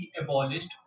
abolished